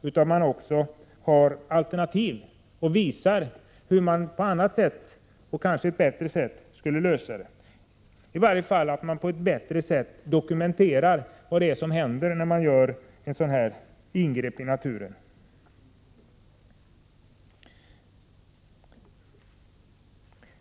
Man bör också ha alternativ och visa hur man på annat sätt — och kanske ett bättre sätt — skulle kunna lösa problemen. I varje fall bör man på ett bättre sätt dokumentera vad som händer när man gör ett sådant här ingrepp i naturen.